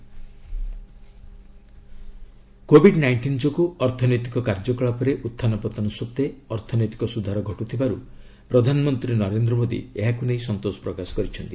PM FICCI କୋବିଡ nineteen ଯୋଗୁଁ ଅର୍ଥନୈତିକ କାର୍ଯ୍ୟକଳାପରେ ଉତ୍ଥାନ ପତନ ସତ୍ତ୍ୱେ ଅର୍ଥନୈତିକ ସୁଧାର ଘଟୁଥିବାରୁ ପ୍ରଧାନମନ୍ତ୍ରୀ ନରେନ୍ଦ୍ର ମୋଦି ଏହାକୁ ନେଇ ସନ୍ତୋଷ ପ୍ରକାଶ କରିଛନ୍ତି